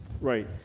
Right